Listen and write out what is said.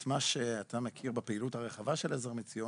את הפעילות הרחבה שאותה אתה מכיר,